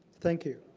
thank you.